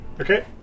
Okay